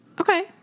Okay